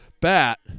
bat